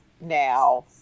now